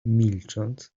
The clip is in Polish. milcząc